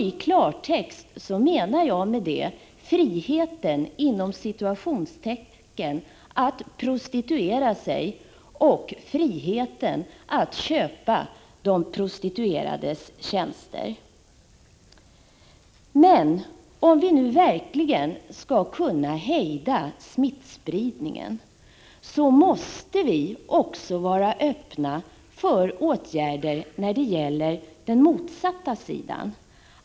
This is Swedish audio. I klartext menar jag med det ”friheten” att prostituera sig och friheten att köpa de prostituerades tjänster. Men om vi nu verkligen skall kunna hejda smittspridningen, måste vi också vara öppna för åtgärder på den motsatta sidan.